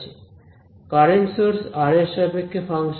current source r এর সাপেক্ষে function